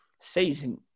season